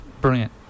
brilliant